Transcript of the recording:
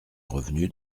revenu